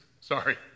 sorry